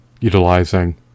utilizing